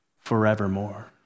forevermore